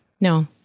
No